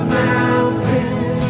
mountains